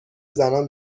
زنان